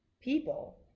people